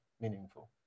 meaningful